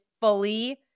fully